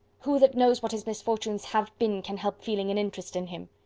who that knows what his misfortunes have been, can help feeling an interest in him?